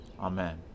Amen